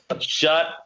shut